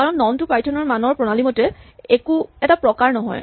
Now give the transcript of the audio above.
কাৰণ নন টো পাইথন ৰ মানৰ প্ৰণালীমতে একো এটা প্ৰকাৰ নহয়